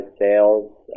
sales